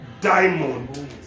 diamond